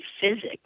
physics